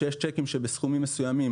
יש צ'קים שבסכומים מסוימים